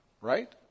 Right